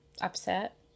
upset